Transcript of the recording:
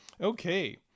Okay